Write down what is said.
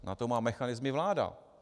Na to má mechanismy vláda.